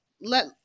let